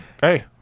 hey